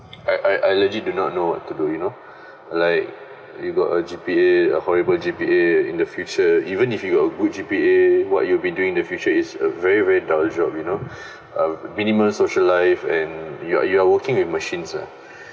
I I I legit do not know what to do you know like you got a G_P_A horrible G_P_A in the future even if you got good G_P_A what you've been doing in the future is a very very dull job you know uh minimum social life and you are you are working with machines lah